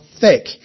thick